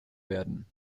werden